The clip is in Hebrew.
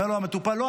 אומר לו המטופל: לא,